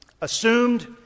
assumed